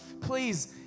please